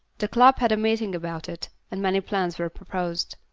the club had a meeting about it, and many plans were proposed.